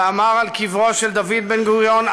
ואמר על קברו של דוד בן-גוריון,